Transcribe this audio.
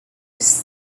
was